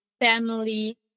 family